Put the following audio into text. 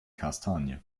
kastanie